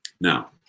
Now